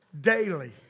daily